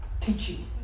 teaching